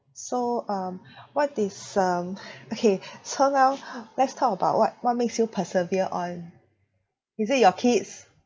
so um what is um okay so now let's talk about what what makes you persevere on is it your kids